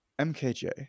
MKJ